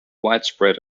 widespread